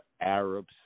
Arabs